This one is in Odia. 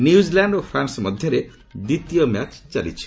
ନ୍ୟୁଜିଲାଣ୍ଡ ଓ ଫ୍ରାନ୍ସ ମଧ୍ୟରେ ଦ୍ୱିତୀୟ ମ୍ୟାଚ୍ ଚାଲିଛି